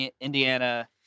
Indiana